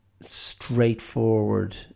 straightforward